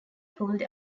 pulled